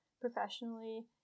professionally